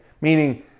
meaning